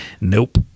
nope